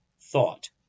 thought